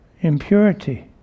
impurity